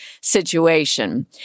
situation